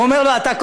הוא אומר לו: אתה,